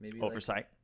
Oversight